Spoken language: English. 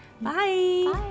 bye